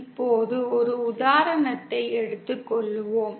இப்போது ஒரு உதாரணத்தை எடுத்துக் கொள்வோம்